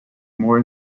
more